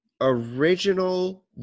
Original